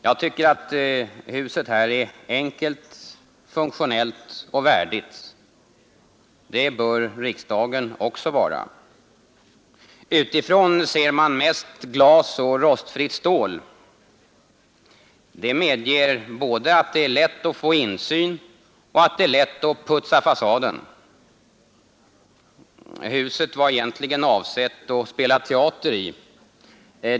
Jag tycker att huset här är enkelt, funktionellt och värdigt. Det bör riksdagen också vara. Utifrån ser man mest glas och rostfritt stål. Det medger både att det är lätt att få insyn och att det är lätt att putsa fasaden. Huset var egentligen avsett att spela teater i.